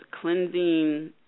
cleansing